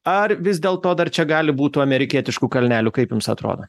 ar vis dėl to dar čia gali būt tų amerikietiškų kalnelių kaip jums atrodo